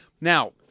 Now